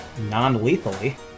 non-lethally